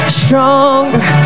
stronger